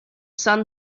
sun